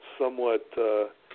somewhat